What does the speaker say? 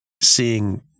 seeing